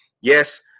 yes